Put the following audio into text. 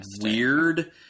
weird